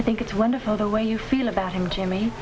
i think it's wonderful the way you feel about him jimmy